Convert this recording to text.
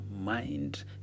mind